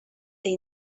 they